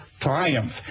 triumph